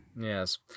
yes